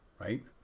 right